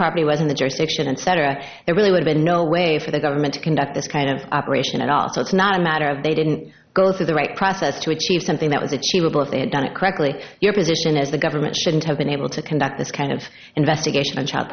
probably was in the jurisdiction and cetera it really would be in no way for the government to conduct this kind of operation and also it's not a matter of they didn't go through the right process to achieve something that was achievable if they had done it correctly your position is the government shouldn't have been able to conduct this kind of investigation and child